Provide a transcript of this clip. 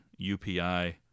UPI